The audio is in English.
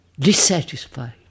Dissatisfied